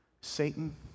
Satan